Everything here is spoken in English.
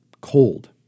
cold